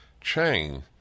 Chang